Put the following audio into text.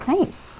Nice